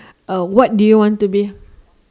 a what do you want to be